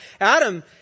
Adam